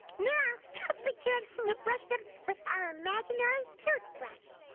now let's pretend to brush them with our imaginary toothbrush.